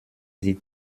sie